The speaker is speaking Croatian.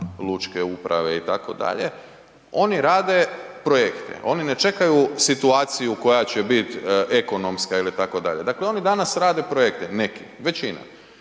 lučke uprave itd. oni rade projekte, oni ne čekaju situaciju koja će biti ekonomska itd. dakle oni danas rade projekte, neki, većina